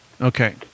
Okay